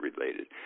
related